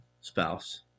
spouse